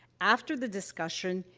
after the discussion,